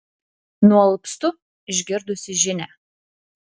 nualpstu išgirdusi žinią